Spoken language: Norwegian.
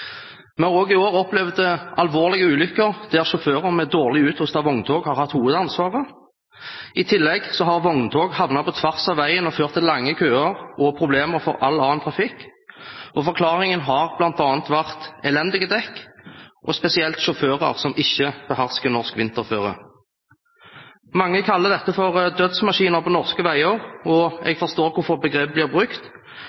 Vi har også i år opplevd alvorlige ulykker der sjåfører med dårlig utrustede vogntog har hatt hovedansvaret. I tillegg har vogntog havnet på tvers av veien og ført til lange køer og problemer for all annen trafikk. Forklaringen har bl.a. vært elendige dekk og sjåfører som ikke behersker norsk vinterføre. Mange kaller dette for dødsmaskiner på norske veier, og